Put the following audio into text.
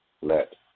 let